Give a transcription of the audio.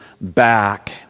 back